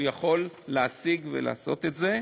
הוא יכול להשיג ולעשות את זה.